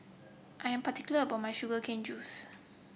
I am particular about my Sugar Cane Juice